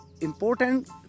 important